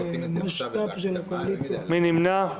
מי נמנע?